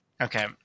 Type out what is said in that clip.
Okay